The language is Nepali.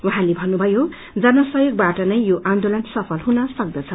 उहाँले भन्नुभयो जन सहयोगबाट नै यो आन्दोलन सफल हुन सक्छ